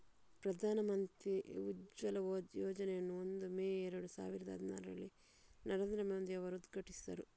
ಪ್ರಧಾನ ಮಂತ್ರಿ ಉಜ್ವಲ ಯೋಜನೆಯನ್ನು ಒಂದು ಮೇ ಏರಡು ಸಾವಿರದ ಹದಿನಾರರಲ್ಲಿ ನರೇಂದ್ರ ಮೋದಿ ಅವರು ಉದ್ಘಾಟಿಸಿದರು